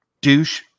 douche